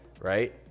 right